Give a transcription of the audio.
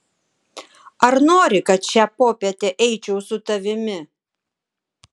ar nori kad šią popietę eičiau su tavimi